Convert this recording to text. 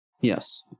yes